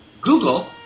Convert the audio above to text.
Google